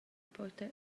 porta